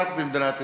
רק במדינת ישראל".